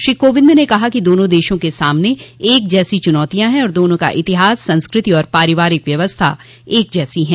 श्री कोविंद ने कहा कि दोनों देशों के सामने एक जैसी चुनौतियां हैं और दोनों का इतिहास संस्कृति और पारिवारिक व्यवस्था एक जैसी हैं